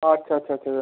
আচ্ছা আচ্ছা আচ্ছা